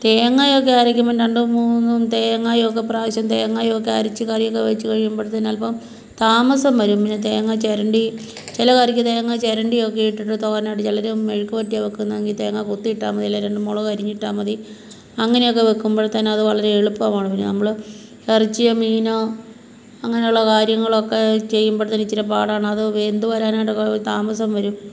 തേങ്ങയക്കെ അരക്കുമ്പം രണ്ടും മൂന്നും തേങ്ങയൊക്കെ പ്രാവിശ്യം തേങ്ങയൊക്കെ അരച്ച് കറിയൊക്കെ വെച്ച് കഴിയുമ്പഴ്ത്തേനൽപ്പം താമസം വരും പിന്നെ തേങ്ങ ചിരണ്ടി ചില കറിക്ക് തേങ്ങ ചിരണ്ടിയൊക്കെ ഇട്ടിട്ട് തോരനായിട്ട് ചിലർ മെഴുക്ക് വരട്ടിയായിട്ട് വെക്കുന്നേങ്കിൽ തേങ്ങ കൊത്തീട്ടാൽ മതി അല്ലേ രണ്ട് മുളക് അരിഞ്ഞിട്ടാൽ മതി അങ്ങനെക്കെ വെക്കുമ്പഴ്ത്തേന് അത് വളരെ എളുപ്പമാണ് പിന്നെ നമ്മൾ ഇറച്ചിയോ മീനോ അങ്ങനെയുള്ള കാര്യങ്ങളൊക്കെ ചെയ്യുമ്പോഴ്ത്തേന് ഇച്ചിരി പാടാണ് അത് വെന്ത് വരാനായിട്ടക്കെ താമസം വരും